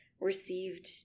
received